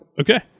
Okay